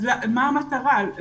אז מה המטרה?